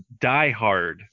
diehard